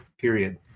period